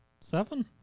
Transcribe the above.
Seven